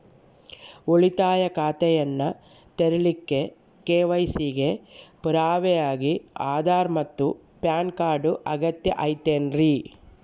ಉಳಿತಾಯ ಖಾತೆಯನ್ನ ತೆರಿಲಿಕ್ಕೆ ಕೆ.ವೈ.ಸಿ ಗೆ ಪುರಾವೆಯಾಗಿ ಆಧಾರ್ ಮತ್ತು ಪ್ಯಾನ್ ಕಾರ್ಡ್ ಅಗತ್ಯ ಐತೇನ್ರಿ?